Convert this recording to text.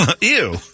ew